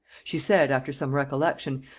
she said, after some recollection,